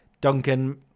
Duncan